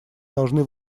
должны